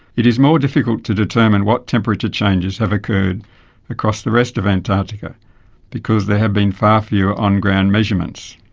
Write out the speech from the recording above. it is more difficult to determine what temperature changes have occurred across the rest of antarctica because there have been far fewer on-ground measurements.